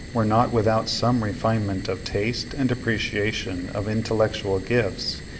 were not without some refinement of taste and appreciation of intellectual gifts,